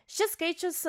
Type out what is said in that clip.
šis skaičius